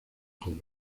joven